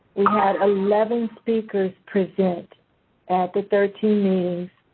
had eleven speakers present at the thirteen